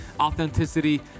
authenticity